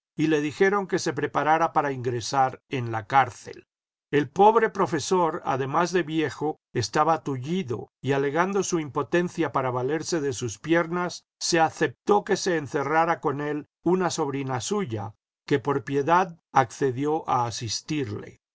y le dijeron que se preparara para ingresar en la cárcel el pobre profesor además de viejo estaba tullido y alegando su impotencia para valerse de sus piernas se aceptó que se encerrara con él una sobrina suya que por piedad accedió a asistirle